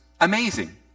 amazing